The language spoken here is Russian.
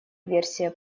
версия